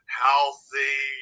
healthy